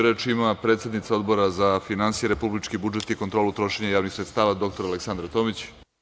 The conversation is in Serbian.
Reč ima predsednica Odbora za finansije, republički budžet i kontrolu trošenja javnih sredstava, dr Aleksandra Tomić.